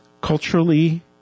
Culturally